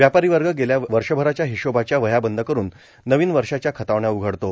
व्यापारी वर्ग गेल्या वर्षभराच्या हिशोबाच्या वह्या बंद करुन नवीन वर्षाच्या खतावण्या उघडतो